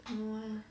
no lah